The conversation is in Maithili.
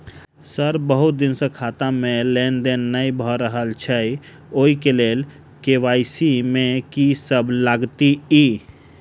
सर बहुत दिन सऽ खाता मे लेनदेन नै भऽ रहल छैय ओई लेल के.वाई.सी मे की सब लागति ई?